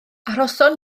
arhoson